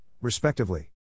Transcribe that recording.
respectively